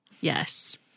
Yes